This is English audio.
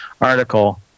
article –